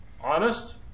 Honest